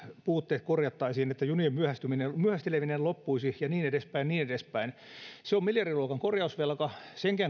puutteet korjattaisiin niin että junien myöhästeleminen myöhästeleminen loppuisi ja niin edespäin ja niin edespäin se on miljardiluokan korjausvelka senkään